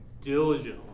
diligently